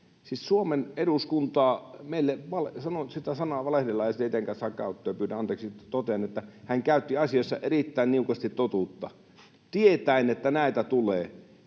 Suomen eduskunnalle, meille... Sitä sanaa ”valehdella” ei tietenkään saa käyttää, ja pyydän anteeksi, kun totean, että hän käytti asiassa erittäin niukasti totuutta tietäen, että näitä tulee,